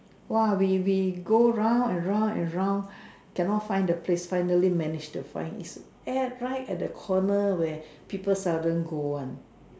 !wow! we we go round and round and round can not find the place find the fan is right at the corner we are people suddenly going